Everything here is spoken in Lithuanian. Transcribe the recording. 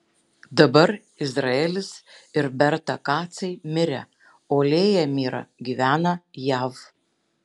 dabar izraelis ir berta kacai mirę o lėja mira gyvena jav